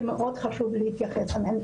שמאוד חשוב להתייחס אליו.